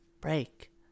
Break